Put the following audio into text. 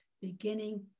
beginning